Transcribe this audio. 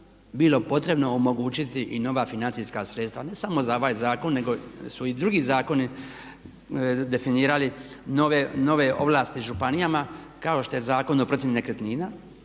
bilo potrebno omogućiti i nova financijska sredstva ne samo za ovaj zakon nego su i drugi zakoni definirali nove ovlasti županijama kao što je Zakon o procjeni nekretnina